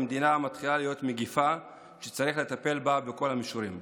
אלימות במדינה מתחילה להיות מגפה שצריך לטפל בה בכל המישורים.